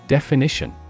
Definition